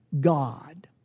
God